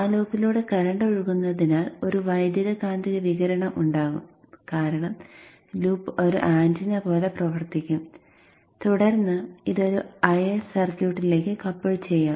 ആ ലൂപ്പിലൂടെ കറന്റ് ഒഴുകുന്നതിനാൽ ഒരു വൈദ്യുതകാന്തിക വികിരണം ഉണ്ടാകും കാരണം ലൂപ്പ് ഒരു ആന്റിന പോലെ പ്രവർത്തിക്കും തുടർന്ന് ഇത് ഒരു അയൽ സർക്യൂട്ടിലേക്ക് കപ്പിൾ ചെയ്യാം